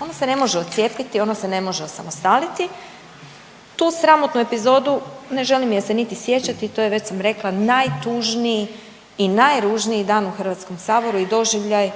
Ono se ne može odcijepiti, ono se ne može osamostaliti. Tu sramotnu epizodu ne želim je se niti sjećati, to je već sam rekla najtužniji i najružniji dan u Hrvatskom saboru i doživljaj